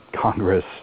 Congress